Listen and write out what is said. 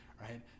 right